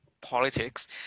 politics